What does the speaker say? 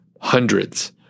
hundreds